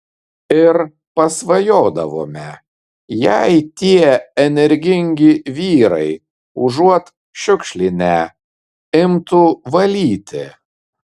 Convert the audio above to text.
ir pasvajodavome jei tie energingi vyrai užuot šiukšlinę imtų valyti